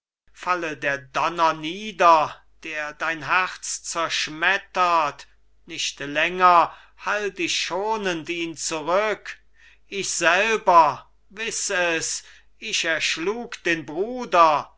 der donner nieder der dein herz zerschmettert nicht länger halt ich schonen ihn zurück ich selber wiss es ich erschlug den bruder